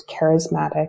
charismatic